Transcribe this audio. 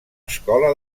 escola